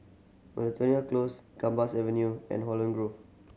Miltonia Close Gambas Avenue and Holland Grove